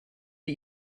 are